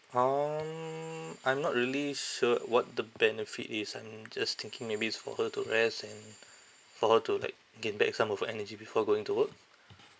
um I'm not really sure what the benefit is I'm just thinking maybe is for her to rest and for her to like gain back some of her energy before going to work